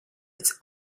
its